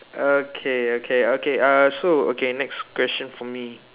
okay okay okay uh so okay next question for me